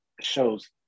shows